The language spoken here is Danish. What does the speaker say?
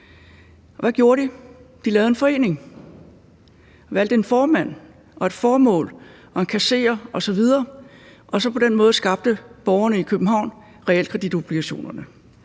hvad gjorde de? De lavede en forening. De valgte en formand og et formål og en kasserer osv. På den måde skabte borgerne i København realkreditobligationerne.